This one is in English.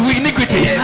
iniquity